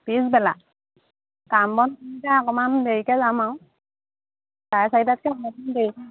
পিছবেলা কাম বন অকণমান দেৰিকৈ যাম আৰু চাৰে চাৰিটাতকৈ অকণমান দেৰিকে